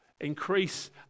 increase